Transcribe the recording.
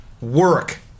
work